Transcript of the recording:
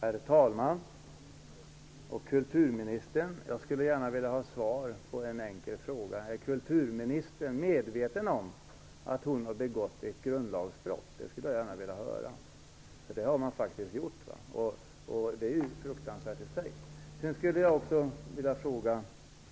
Herr talman! Kulturministern! Jag skulle gärna vilja har svar på en enkel fråga. Är kulturministern medveten om att hon har begått ett grundlagsbrott? Jag skulle gärna vilja ha ett svar. Hon har faktiskt begått ett brott. Det är i sig fruktansvärt.